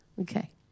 okay